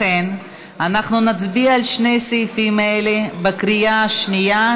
לכן נצביע על שני סעיפים אלה בקריאה שנייה,